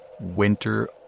Winter